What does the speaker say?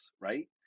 right